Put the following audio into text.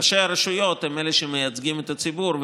ראשי הרשויות הם שמייצגים את הציבור,